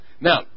Now